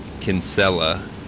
Kinsella